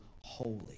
holy